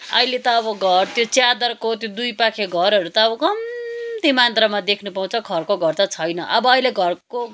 अहिले त अब घर त्यो च्यादरको त्यो दुईपाखे घरहरू त कम्ती मात्रामा देख्नु पाउँछ खरको घर त छैन अब अहिले घरको